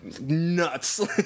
nuts